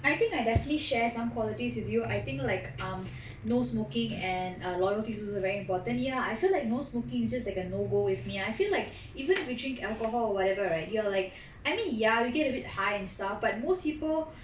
I think I definitely share some qualities with you I think like um no smoking and err loyalty is also very important ya I feel like no smoking is just like a no go with me I feel like even if you drink alcohol or whatever right you are like I mean ya you get a bit high and stuff but most people